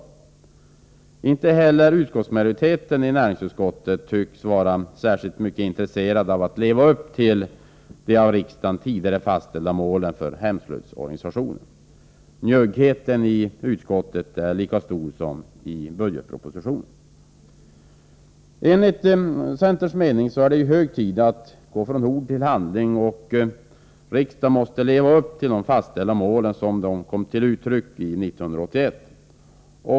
Och inte heller majoriteten i näringsutskottet tycks vara intresserad av att leva upp till de av riksdagen tidigare fastställda målen för hemslöjdsorganisationen. Njuggheten är lika stor i utskottet som i propositionen. Enligt centerns mening är det hög tid att gå från ord till handling. Riksdagen bör leva upp till de fastställda målen såsom de kom till uttryck 1981.